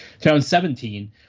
2017